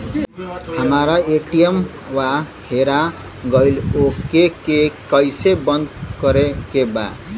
हमरा ए.टी.एम वा हेरा गइल ओ के के कैसे बंद करे के बा?